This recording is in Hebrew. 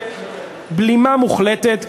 בלימה מוחלטת,